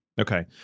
Okay